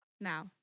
Now